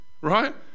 Right